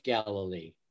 Galilee